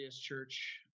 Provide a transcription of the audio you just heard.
Church